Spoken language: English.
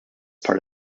part